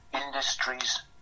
industries